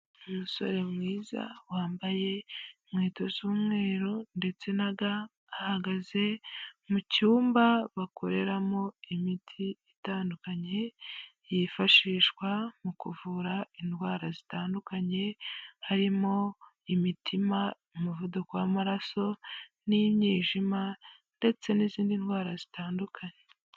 Umusore mwiza wambaye inkweto z'umweru, ndetse na ga, ahagaze mu cyumba bakoreramo imiti itandukanye, yifashishwa mu kuvura indwara zitandukanye, harimo imitima umuvuduko w'amaraso n'imyijima, ndetse n'izindi ndwara zitandukanye.